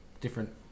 different